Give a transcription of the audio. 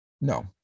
No